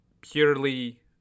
purely